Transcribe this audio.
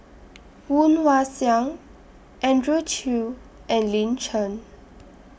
Woon Wah Siang Andrew Chew and Lin Chen